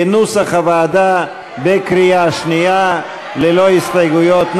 כנוסח הוועדה, בקריאה שנייה, ללא הסתייגויות.